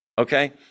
Okay